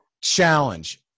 challenge